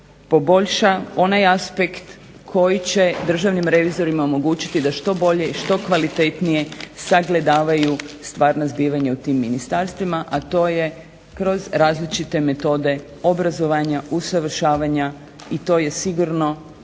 poboljša onaj aspekt koji će državnim revizorima omogućiti da što bolje i što kvalitetnije sagledavaju stvarna zbivanja u tim ministarstvima a to je kroz različite metode obrazovanja, usavršavanja i to je sigurno